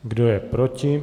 Kdo je proti?